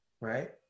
Right